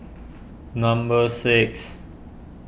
number six